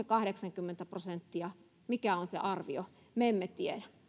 kahdeksankymmentä prosenttia mikä on se arvio me emme tiedä